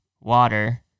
water